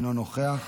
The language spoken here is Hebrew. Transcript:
אינו נוכח.